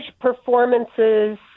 performances